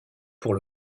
pour